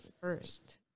first